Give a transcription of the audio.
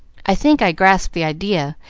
i think i grasp the idea,